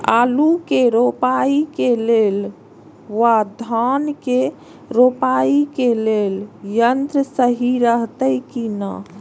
आलु के रोपाई के लेल व धान के रोपाई के लेल यन्त्र सहि रहैत कि ना?